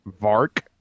vark